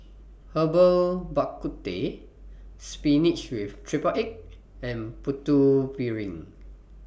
Herbal Bak Ku Teh Spinach with Triple Egg and Putu Piring